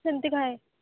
ସେମିତି ଖାଏ